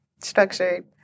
structured